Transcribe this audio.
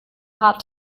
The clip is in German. haar